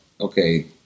okay